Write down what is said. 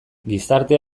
gizarte